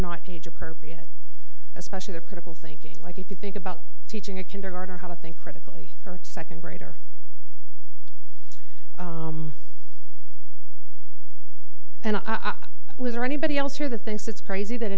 not age appropriate especially their critical thinking like if you think about teaching a kindergartner how to think critically her second grader and i i was there anybody else here the thinks it's crazy that